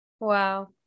wow